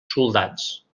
soldats